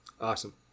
Awesome